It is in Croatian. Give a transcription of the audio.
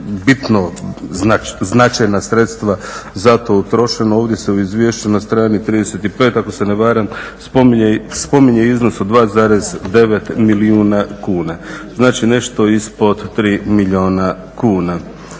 bitno značajna sredstva za to utrošena. Ovdje se u izvješću na strani 35 ako se ne varam, spominje iznos od 2,9 milijuna kuna, znači nešto ispod 3 milijuna kuna.